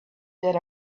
that